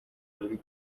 buri